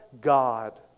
God